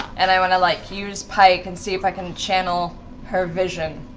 and i want to like use pike and see if i can channel her vision,